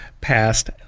passed